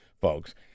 folks